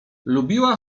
lubiła